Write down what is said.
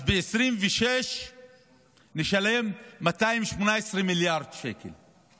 אז ב-2026 נשלם 218 מיליארד שקל,